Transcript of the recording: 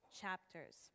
chapters